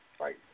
Right